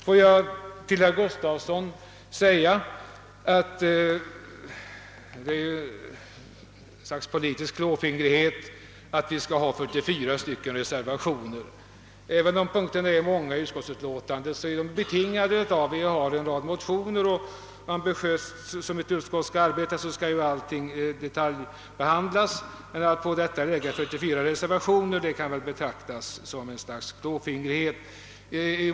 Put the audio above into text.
Får jag till herr Gustafsson i Skellefteå säga att det verkar vara ett utslag av politisk klåfingrighet att 44 reservationer fogats till detta utlåtande. Att punkterna i utskottsutlåtandet är många beror på att det i anledning av propositionen väckts en rad motioner; ett ambitiöst utskott detaljbehandlar alla förslag, och då blir det ett stort antal punkter i utlåtandet. Men att man har fogat 44 reservationer till utlåtandet måste betraktas som klåfingrigt.